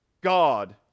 God